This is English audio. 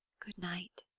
good night,